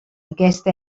aquesta